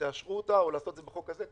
שתאשרו אותה או לעשות את זה בחוק הזה.